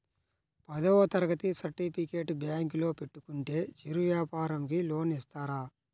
పదవ తరగతి సర్టిఫికేట్ బ్యాంకులో పెట్టుకుంటే చిరు వ్యాపారంకి లోన్ ఇస్తారా?